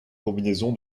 combinaison